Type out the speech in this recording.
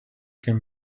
can